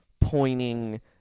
pointing